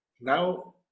now